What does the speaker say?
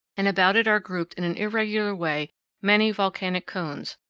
and about it are grouped in an irregular way many volcanic cones,